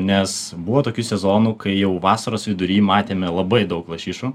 nes buvo tokių sezonų kai jau vasaros vidury matėme labai daug lašišų